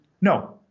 no